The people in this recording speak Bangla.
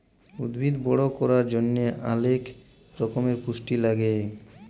উদ্ভিদ বড় ক্যরার জন্হে অলেক রক্যমের পুষ্টি লাগে